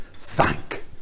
thank